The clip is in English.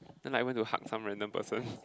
then I went to hug some random person